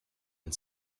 and